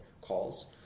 calls